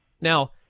Now